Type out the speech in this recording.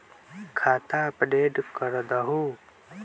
खाता अपडेट करदहु?